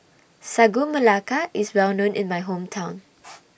Sagu Melaka IS Well known in My Hometown